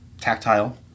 tactile